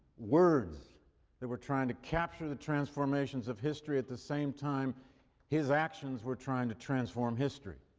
words that were trying to capture the transformations of history at the same time his actions were trying to transform history.